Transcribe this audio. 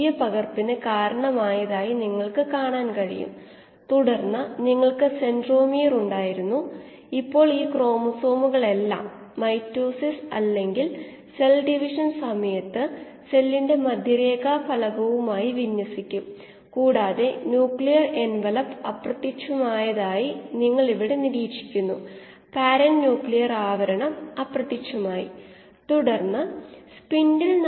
ഉം ഉം ആണെങ്കിൽ Xm കിട്ടുന്നത് തൽഫലമായി സെൽ പ്രൊഡക്റ്റിവിറ്റി Rm ഇങ്ങനെ ആകും ഇതിനെപ്പറ്റി മനസ്സിലാക്കാൻ നമുക്ക് ചില സാധാരണ വിലകൾ കൊടുത്തു നോക്കാം യീസ്റ്റിൽ സാധാരണ വിലകൾ സബ്സ്ട്രേറ്റിന്റെ ഗാഢത Si 50 gl 1 ഒരു ഇൻലെറ്റ് സബ്സ്ട്രേടിന്റെ പരമാവധി ഉൽപാദനക്ഷമത അപ്പോൾ R 12